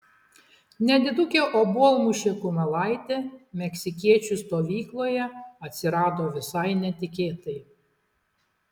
nedidukė obuolmušė kumelaitė meksikiečių stovykloje atsirado visai netikėtai